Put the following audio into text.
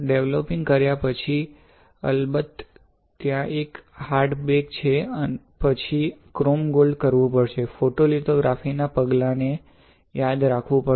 develop કર્યા પછી અલબત્ત ત્યાં એક હર્ડ બેક છે પછી ક્રોમ ગોલ્ડ કરવું પડશે ફોટોલિથોગ્રાફી નાં પગલાંને યાદ રાખવું પડશે